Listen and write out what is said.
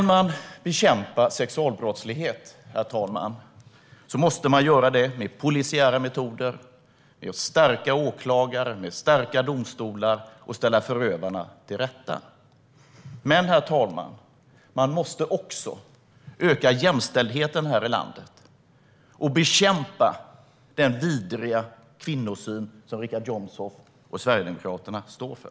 Om man ska bekämpa sexualbrottslighet måste man göra det med polisiära metoder, med att stärka åklagare, med att stärka domstolar och med att ställa förövarna inför rätta. Men man måste också öka jämställdheten här i landet och bekämpa den vidriga kvinnosyn som Richard Jomshof och Sverigedemokraterna står för.